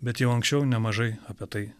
bet jau anksčiau nemažai apie tai